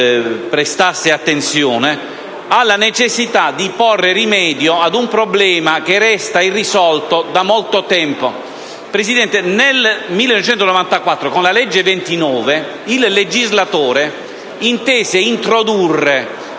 consapevolezza della necessita di porre rimedio ad un problema che resta irrisolto da molto tempo. Nel 1994 con la legge n. 29 il legislatore intese introdurre